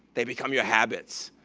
they become your habits.